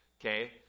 Okay